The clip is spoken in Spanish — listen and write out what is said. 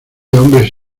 hombres